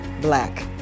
black